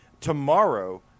Tomorrow